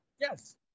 Yes